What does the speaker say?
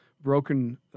broken